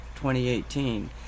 2018